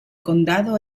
condado